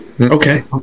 Okay